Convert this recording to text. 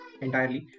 entirely